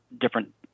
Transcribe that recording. different